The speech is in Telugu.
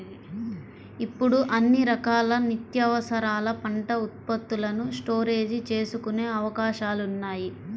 ఇప్పుడు అన్ని రకాల నిత్యావసరాల పంట ఉత్పత్తులను స్టోరేజీ చేసుకునే అవకాశాలున్నాయి